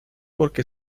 porque